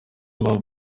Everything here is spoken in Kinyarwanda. mpamvu